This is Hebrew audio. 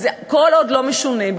כל עוד לא משנים,